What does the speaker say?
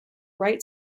wright